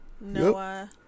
Noah